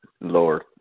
Lord